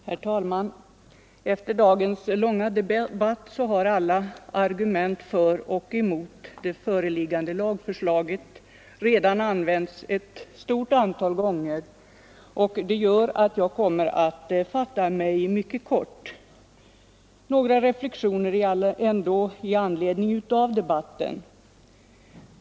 Herr talman! Efter dagens långa debatt har alla argument för och emot det föreliggande lagförslaget redan använts ett stort antal gånger, och det gör att jag kommer att fatta mig mycket kort. Några reflexioner ändå i anledning av debatten.